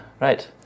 Right